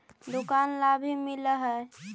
दुकान ला भी मिलहै?